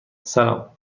سلام